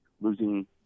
losing –